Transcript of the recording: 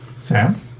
Sam